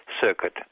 circuit